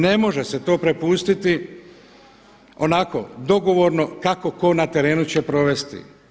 Ne može se to prepustiti onako dogovorno kako tko na terenu će provesti.